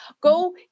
Go